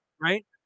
right